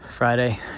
Friday